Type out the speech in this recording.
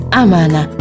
amana